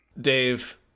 Dave